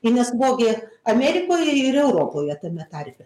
i nes vogė amerikoje ir europoje tame tarpe